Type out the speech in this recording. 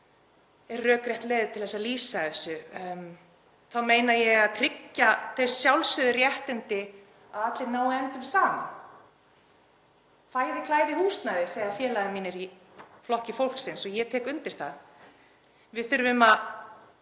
er rökrétt leið til að lýsa þessu. Þá meina ég að tryggja þau sjálfsögðu réttindi að allir nái endum saman. Fæði, klæði, húsnæði, segja félagar mínir í Flokki fólksins og ég tek undir það. Við þurfum að